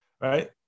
right